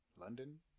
London